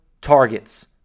targets